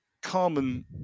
Carmen